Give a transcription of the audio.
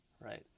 Right